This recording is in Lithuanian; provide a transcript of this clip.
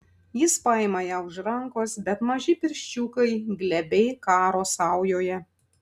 jis paima ją už rankos bet maži pirščiukai glebiai karo saujoje